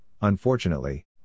unfortunately